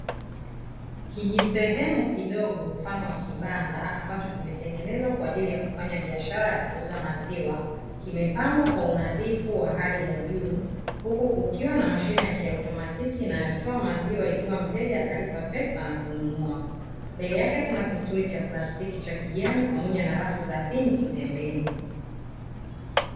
Kijisehemu kidogo mfano wa kibanda ambacho kimetengenezwa kwa ajili ya kufanya biashara ya kuuza maziwa kimepangwa kwa unadhifu wa hali ya juu. Huku kukiwa na mashine ya kiautomatic inayotoa maziwa ikiwa mteja atalipa pesa, na kununua. Mbele yake kuna kisuli cha plastiki cha kijani pamoja na rafu za pinki pembeni.